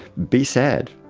be sad.